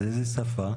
אז באיזה שפה?